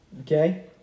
okay